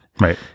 Right